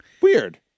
Weird